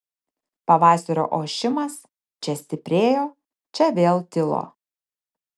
pavasario ošimas čia stiprėjo čia vėl tilo